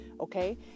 Okay